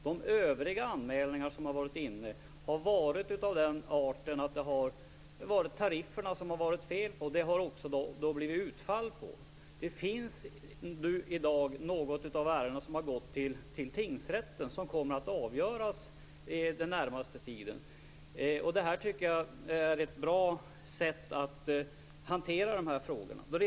De övriga anmälningar som gjorts har varit föranledda av att det varit fel på tarifferna. Något av dessa ärenden ligger i dag i tingsrätt och kommer att avgöras den närmaste tiden. Jag tycker att det här är ett bra sätt att hantera dessa frågor.